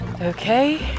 Okay